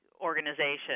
organization